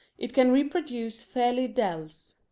it can reproduce fairy dells.